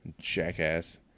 Jackass